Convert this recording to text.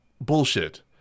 bullshit